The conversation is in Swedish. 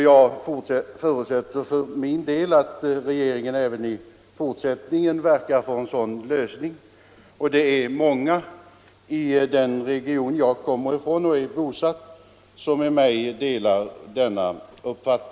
Jag förutsätter för min del att regeringen även i fortsättningen verkar för en sådan lösning. Det är många i den region som jag kommer ifrån och är bosatt i som delar denna uppfattning.